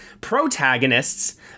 protagonists